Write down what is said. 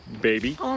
baby